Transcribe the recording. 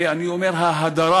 ואני אומר ההדרה,